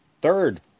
Third